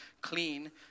clean